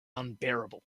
unbearable